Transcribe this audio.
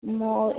ମୋ